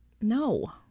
No